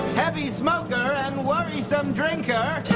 heavy smoker and worrisome drinker.